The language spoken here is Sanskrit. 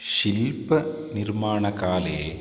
शिल्पनिर्माणकाले